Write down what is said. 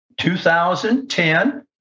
2010